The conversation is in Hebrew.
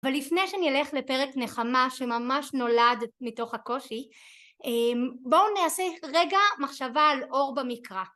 אבל לפני שאני אלך לפרק נחמה, שממש נולד מתוך הקושי, בואו נעשה רגע מחשבה על אור במקרא.